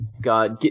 God